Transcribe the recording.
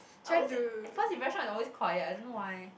I always at first impression its always quiet I don't know why